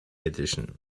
edition